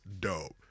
dope